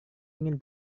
ingin